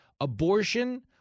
Abortion